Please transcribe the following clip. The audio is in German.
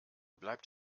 bleibt